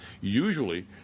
Usually